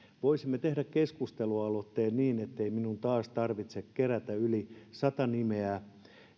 voisimme tehdä keskustelualoitteen niin ettei minun taas tarvitse kerätä yli sata nimeä